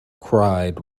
cried